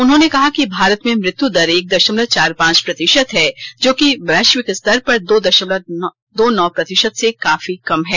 उन्होंने कहा कि भारत में मृत्यु दर एक दशमलव चार पांच प्रतिशत है जोकि वैश्विक स्तर पर दो दशमलव दो नौ प्रतिशत से काफी कम है